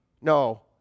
No